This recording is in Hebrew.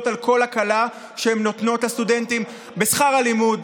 על כל הקלה שהם נותנים בשכר הלימוד,